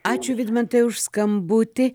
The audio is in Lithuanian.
ačiū vidmantai už skambutį